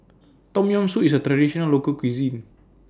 Tom Yam Soup IS A Traditional Local Cuisine